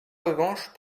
revanche